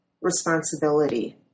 responsibility